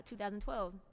2012